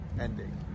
ending